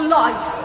life